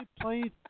played